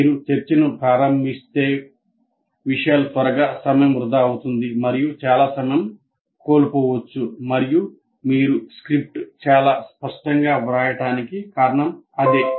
మీరు చర్చను ప్రారంభిస్తే విషయాలు త్వరగా సమయం వృధా అవుతుంది మరియు చాలా సమయం కోల్పోవచ్చు మరియు మీరు స్క్రిప్ట్ చాలా స్పష్టంగా వ్రాయడానికి కారణం అదే